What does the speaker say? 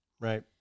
Right